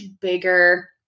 bigger